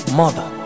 mother